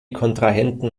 kontrahenten